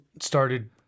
started